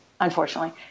unfortunately